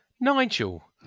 Nigel